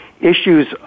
issues